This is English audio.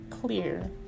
clear